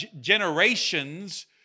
generations